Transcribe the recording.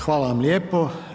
Hvala vam lijepo.